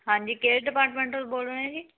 ਹਾਂਜੀ ਕਿਹੜੇ ਡਿਪਾਰਟਮੈਂਟ ਤੋਂ ਬੋਲ ਰਹੇ ਜੀ